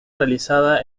realizada